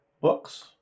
books